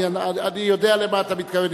אני יודע למה אתה מתכוון,